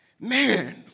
Man